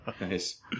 nice